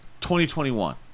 2021